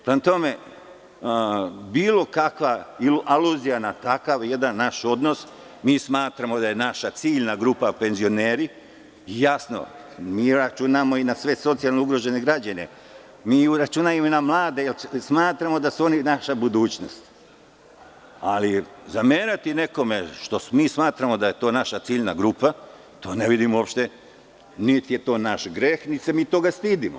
Prema tome, bilo kakva aluzija na takav jedan naš odnos, smatramo da su naša ciljna grupa penzioneri, mi računamo i na sve socijalno ugrožene građane, računamo i na mlade, jer smatramo da su oni naša budućnost, ali zamerati nekome zato što mi smatramo da je to naša ciljna grupa, ne vidim uopšte, niti je to naš greh, niti se mi toga stidimo.